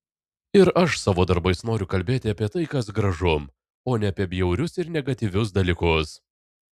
ir aš savo darbais noriu kalbėti apie tai kas gražu o ne apie bjaurius ir negatyvius dalykus